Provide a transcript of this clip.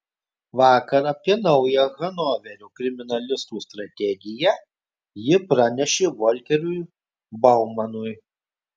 vakar apie naują hanoverio kriminalistų strategiją ji pranešė volkeriui baumanui